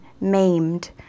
maimed